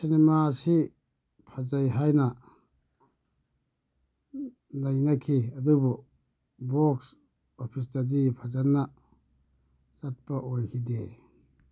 cinema ꯑꯁꯤ ꯐꯖꯩ ꯍꯥꯏꯅ ꯅꯩꯅꯈꯤ ꯑꯗꯨꯕꯨ ꯕꯣꯛꯁ ꯑꯣꯐꯤꯁꯇꯗꯤ ꯐꯖꯅ ꯆꯠꯄ ꯑꯣꯏꯈꯤꯗꯦ